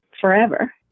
forever